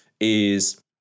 is-